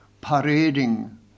parading